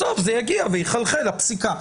בסוף זה יגיע ויחלחל לפסיקה.